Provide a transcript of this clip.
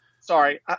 Sorry